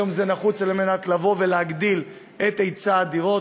היום זה נחוץ על מנת לבוא ולהגדיל את היצע הדירות,